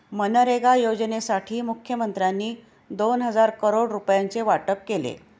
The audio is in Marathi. मनरेगा योजनेसाठी मुखमंत्र्यांनी दोन हजार करोड रुपयांचे वाटप केले